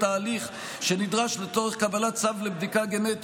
ההליך שנדרש לצורך קבלת צו לבדיקה גנטית,